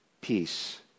Peace